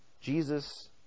Jesus